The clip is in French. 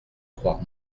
croire